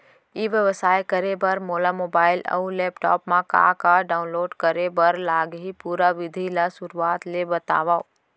ई व्यवसाय करे बर मोला मोबाइल अऊ लैपटॉप मा का का डाऊनलोड करे बर लागही, पुरा विधि ला शुरुआत ले बतावव?